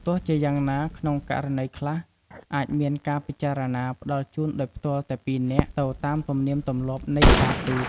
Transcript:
ទោះជាយ៉ាងណា ក្នុងករណីខ្លះ អាចមានការពិចារណាផ្តល់ជូនដោយផ្ទាល់តែពីរនាក់ទៅតាមទំនៀមទម្លាប់នៃការទូត។